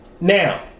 Now